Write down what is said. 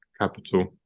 capital